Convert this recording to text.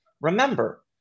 remember